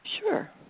Sure